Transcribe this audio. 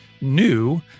new